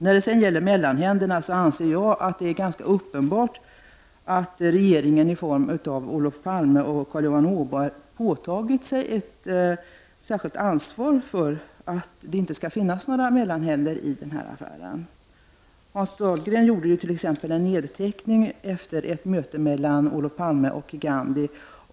När det gäller mellanhänderna anser jag att det är ganska uppenbart att regeringen med Olof Palme och Carl-Johan Åberg i spetsen påtagit sig ett särskilt ansvar för att det inte skall finnas några mellanhänder i affären. Hans Dahlgren t.ex. gjorde en nedteckning efter ett möte mellan Olof Palme och Gandhi.